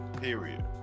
Period